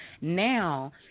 Now